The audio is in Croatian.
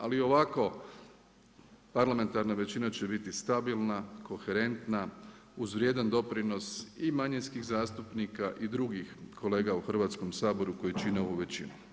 Ali i ovako parlamentarna većina će biti stabilna, koherentna uz vrijedan doprinos i manjinskih zastupnika i drugih kolega u Hrvatskom saboru koji čine ovu većinu.